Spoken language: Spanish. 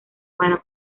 para